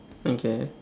okay